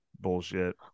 bullshit